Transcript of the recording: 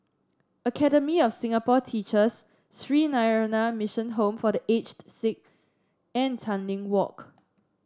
Academy of Singapore Teachers Sree Narayana Mission Home for The Aged Sick and Tanglin Walk